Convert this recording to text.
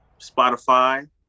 Spotify